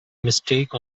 mistake